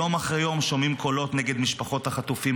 יום אחרי יום שומעים קולות נגד משפחות החטופים.